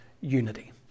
unity